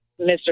Mr